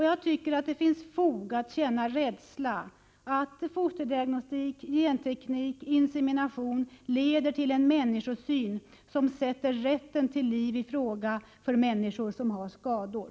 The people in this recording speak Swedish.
Jag tycker att det finns fog att känna en rädsla för att fosterdiagnostik, genteknik och insemination leder till en människosyn som innebär ett ifrågasättande av rätten till liv för människor som har skador.